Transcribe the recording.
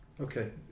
Okay